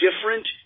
different